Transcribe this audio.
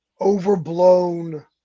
overblown